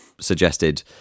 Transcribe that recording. suggested